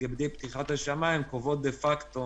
לגבי פתיחת השמיים קובעות דה-פקטו